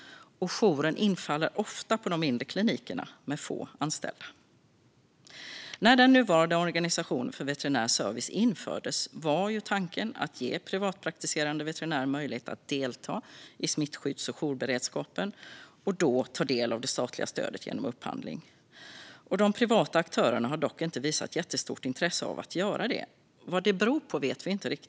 Och jouren infaller ofta på de mindre klinikerna med få anställda. När den nuvarande organisationen för veterinär service infördes var tanken att ge privatpraktiserande veterinärer möjlighet att delta i smittskydds och jourberedskapen och ta del av det statliga stödet genom upphandling. De privata aktörerna har dock inte visat jättestort intresse av att göra det. Vad det beror på vet vi inte riktigt.